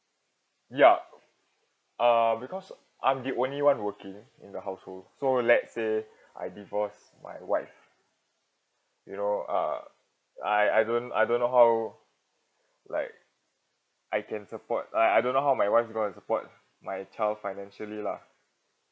ya uh because I'm the only [one] working in the household so let's say I divorce my wife you know uh I I don't I don't know how like I can support uh I don't know how my wife is gonna support my child financially lah